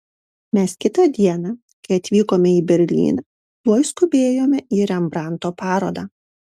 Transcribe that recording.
mes kitą dieną kai atvykome į berlyną tuoj skubėjome į rembrandto parodą